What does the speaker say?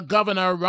Governor